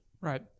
Right